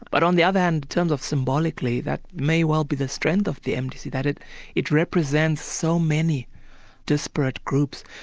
but on the other hand in terms of symbolically, that may well be the strength of the mdc, that it it represents so many disparate groups.